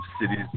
cities